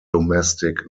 domestic